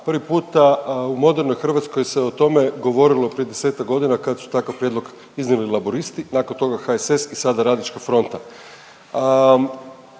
prvi puta u modernoj Hrvatskoj se o tome govorilo prije 10-tak godina kad su takav prijedlog iznijeli Laburisti, nakon toga HSS i sada RF. Vidi se da